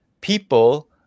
people